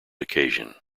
occasion